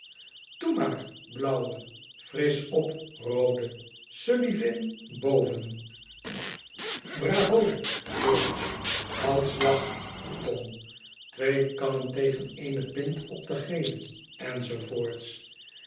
maar blauwe frisch op roode sullivin boven bravo george hou slag tom twee kannen tegen eene pint op de gele